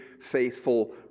faithful